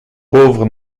pauvre